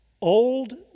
old